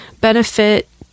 benefit